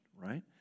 right